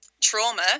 trauma